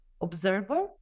observer